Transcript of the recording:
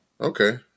Okay